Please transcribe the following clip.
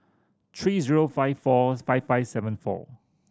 three zero five four five five seven four